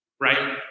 Right